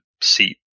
seat